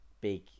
big